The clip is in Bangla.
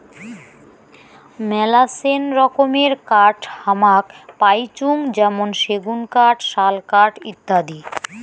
মেলাছেন রকমের কাঠ হামাক পাইচুঙ যেমন সেগুন কাঠ, শাল কাঠ ইত্যাদি